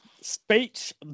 Speech